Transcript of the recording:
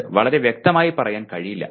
അത് വളരെ വ്യക്തമായി പറയാൻ കഴിയില്ല